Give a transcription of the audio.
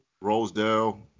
Rosedale